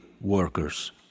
workers